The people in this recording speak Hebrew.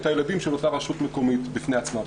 הילדים של אותה רשות מקומית בפני עצמה.